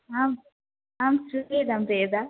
आम् आं श्रूयते प्रियदा